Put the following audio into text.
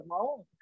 alone